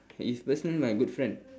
he's personally my good friend